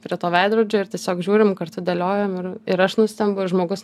prie to veidrodžio ir tiesiog žiūrim kartu dėliojam ir ir aš nustembu ir žmogus